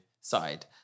Side